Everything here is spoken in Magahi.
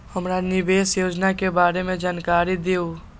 हमरा निवेस योजना के बारे में जानकारी दीउ?